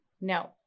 No